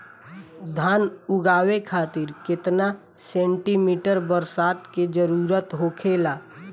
धान उगावे खातिर केतना सेंटीमीटर बरसात के जरूरत होखेला?